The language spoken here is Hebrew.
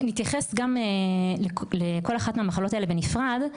נתייחס גם לכל אחת מהמחלות האלה בנפרד.